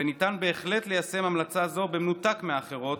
וניתן בהחלט ליישם המלצה זו במנותק מהאחרות,